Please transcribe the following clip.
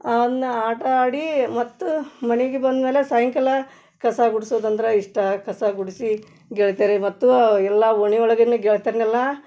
ಅವನ್ನ ಆಟ ಆಡಿ ಮತ್ತು ಮನೆಗೆ ಬಂದಮೇಲೆ ಸಾಯಂಕಾಲ ಕಸ ಗುಡ್ಸೋದಂದ್ರೆ ಇಷ್ಟ ಕಸ ಗುಡಿಸಿ ಗೆಳ್ತಿಯರಿಗೆ ಮತ್ತು ಎಲ್ಲ ಓಣಿ ಒಳಗಿನ ಗೆಳತಿರ್ನೆಲ್ಲ